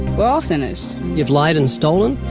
but all sinners. you've lied and stolen?